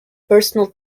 personal